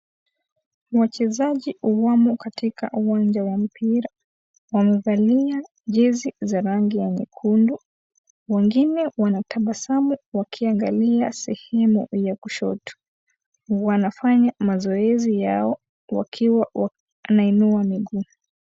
Wachezaji wamo katika uwanja wa mpira wamevalia jezi za rangi ya nyekundu, wengine wanatabasamu wakiangalia sehemu ya kushoto wanafanya mazoezi yao wakiwa wanainua miguu.